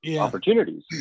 opportunities